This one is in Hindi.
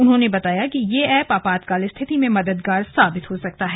उन्होंने बताया कि यह ऐप आपातकाल स्थिति में मददगार साबित हो सकता है